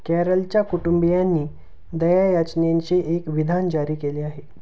कॅरलच्या कुटुंबियांनी दयायाचनेचे एक विधान जारी केले आहे